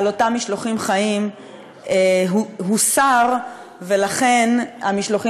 שבעלי-החיים עוברים במסעות האלה שמכונים המשלוחים